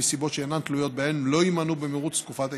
מסיבות שאינם תלויות בהן לא יימנו במרוץ תקופת ההתיישנות.